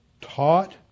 taught